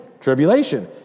tribulation